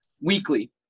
weekly